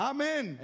Amen